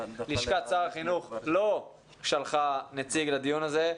לשכת שר החינוך לא שלחה נציג לדיון הזה.